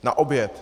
Na oběd.